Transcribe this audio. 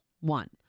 One